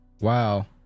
wow